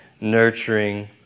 nurturing